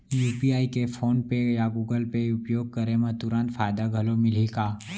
UPI के PhonePe या Google Pay के उपयोग करे म तुरंत फायदा घलो मिलही का?